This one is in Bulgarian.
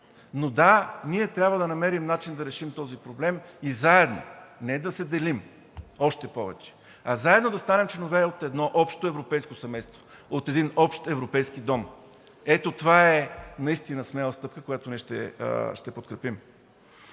но ние трябва да намерим начин да решим този проблем заедно, а не да се делим още повече и заедно да станем членове от едно общоевропейско семейство, от един общ европейски дом. Ето това наистина е смела стъпка, която ние ще подкрепим.